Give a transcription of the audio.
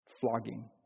flogging